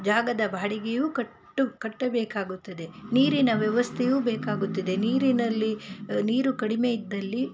ಜಾಗದ ಬಾಡಿಗೆಯೂ ಕಟ್ಟು ಕಟ್ಟಬೇಕಾಗುತ್ತದೆ ನೀರಿನ ವ್ಯವಸ್ಥೆಯೂ ಬೇಕಾಗುತ್ತದೆ ನೀರಿನಲ್ಲಿ ನೀರು ಕಡಿಮೆ ಇದ್ದಲ್ಲಿ